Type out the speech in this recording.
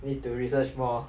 need to research more